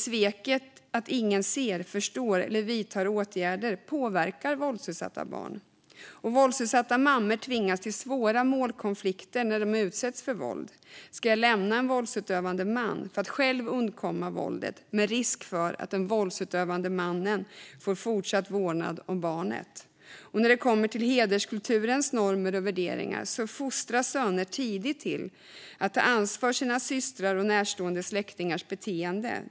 Sveket när ingen ser, förstår eller vidtar åtgärder påverkar våldsutsatta barn. Våldsutsatta mammor tvingas till svåra målkonflikter när de utsätts för våld. Ska jag lämna en våldsutövande man för att själv undkomma våldet men med risk för att den våldsutövande mannen får fortsatt vårdnad om barnet? När det kommer till hederskulturens normer och värderingar fostras söner tidigt till att ta ansvar för sina systrars och närstående släktingars beteende.